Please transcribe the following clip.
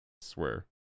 Swear